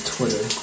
Twitter